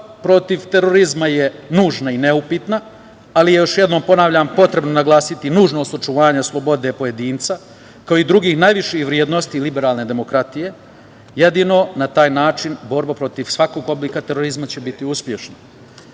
protiv terorizma je nužna i neupitna, ali je, još jednom ponavljam, potrebno naglasiti nužnost očuvanja slobode pojedinca, kao i drugih najviših vrednosti i liberalne demokratije. Jedino na taj način borba protiv svakog oblika terorizma će biti uspešna. Pre